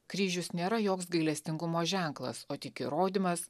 kryžius nėra joks gailestingumo ženklas o tik įrodymas